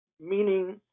meaning